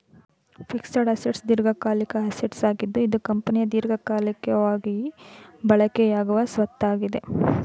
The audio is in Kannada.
ಫಿಕ್ಸೆಡ್ ಅಸೆಟ್ಸ್ ದೀರ್ಘಕಾಲಿಕ ಅಸೆಟ್ಸ್ ಆಗಿದ್ದು ಇದು ಕಂಪನಿಯ ದೀರ್ಘಕಾಲಿಕವಾಗಿ ಬಳಕೆಯಾಗುವ ಸ್ವತ್ತಾಗಿದೆ